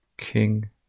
King